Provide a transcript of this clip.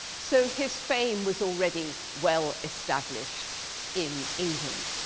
so his fame was already well established in england.